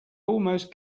almost